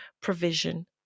provision